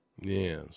Yes